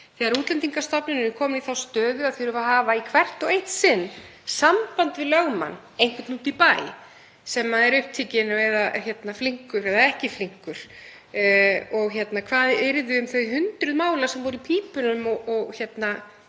þegar Útlendingastofnun væri komin í þá stöðu að þurfa að hafa í hvert og eitt sinn samband við lögmann, einhvern úti í bæ sem væri upptekinn eða flinkur eða ekki flinkur. Hvað yrði um þau hundruð mála sem voru í pípunum og féllu